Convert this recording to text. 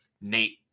Nate